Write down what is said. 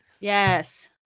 Yes